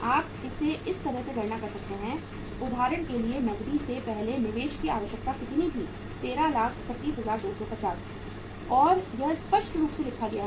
आप इसे इस तरह से गणना कर सकते हैं उदाहरण के लिए नकदी से पहले निवेश की आवश्यकता कितनी थी 1331 250 और यह स्पष्ट रूप से लिखा गया है